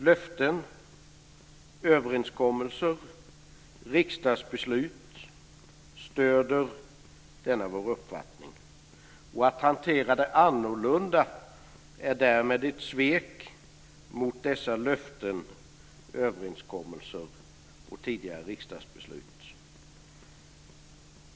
Löften, överenskommelser och riksdagsbeslut stöder denna vår uppfattning. Att hantera det annorlunda är därmed ett svek mot dessa löften, överenskommelser och tidigare riksdagsbeslut.